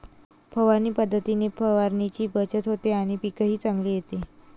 फवारणी पद्धतीने पाण्याची बचत होते आणि पीकही चांगले येते